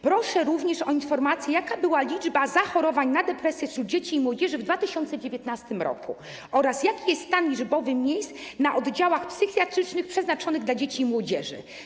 Proszę również o informację, jaka była liczba zachorowań na depresję wśród dzieci i młodzieży w 2019 r. oraz jaki jest stan, jeżeli chodzi o liczbę miejsc na oddziałach psychiatrycznych przeznaczonych dla dzieci i młodzieży.